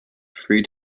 three